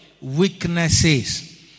weaknesses